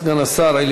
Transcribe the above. אדוני